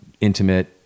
intimate